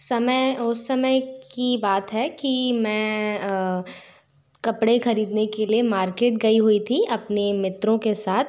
समय उस समय की बात है कि मैं कपड़े ख़रीदने के लिए मार्केट गई हुई थी अपने मित्रों के साथ